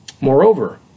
Moreover